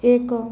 ଏକ